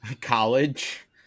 college